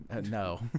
No